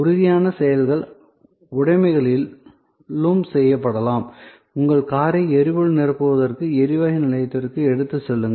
உறுதியான செயல்கள் உடைமைகளிலும் செய்யப்படலாம் உங்கள் காரை எரிபொருள் நிரப்புவதற்கு எரிவாயு நிலையத்திற்கு எடுத்துச் செல்லுங்கள்